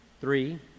three